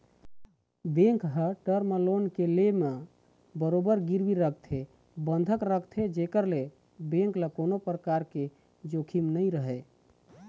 bank ह term loan के ले म बरोबर गिरवी रखथे बंधक रखथे जेखर ले बेंक ल कोनो परकार के जोखिम नइ रहय